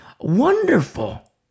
wonderful